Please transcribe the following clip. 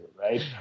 Right